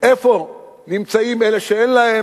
איפה נמצאים אלה שאין להם,